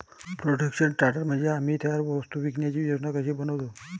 production sorter म्हणजे आम्ही तयार वस्तू विकण्याची योजना कशी बनवतो